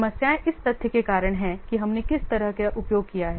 समस्याएं इस तथ्य के कारण हैं कि हमने किस तरह का उपयोग किया है